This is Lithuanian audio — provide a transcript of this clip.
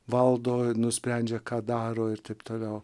valdo nusprendžia ką daro ir taip toliau